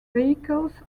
vehicles